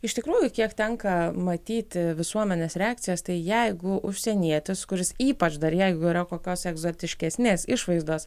iš tikrųjų kiek tenka matyti visuomenės reakcijas tai jeigu užsienietis kuris ypač dar jeigu yra kokios egzotiškesnės išvaizdos